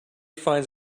finds